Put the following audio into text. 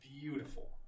beautiful